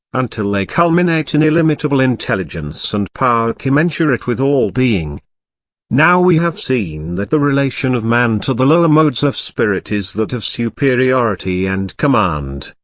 until they culminate in illimitable intelligence and power commensurate with all-being. now we have seen that the relation of man to the lower modes of spirit is that of superiority and command,